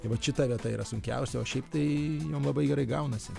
tai vat šita vieta yra sunkiausia o šiaip tai jom labai gerai gaunasi